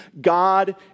God